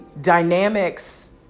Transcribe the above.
dynamics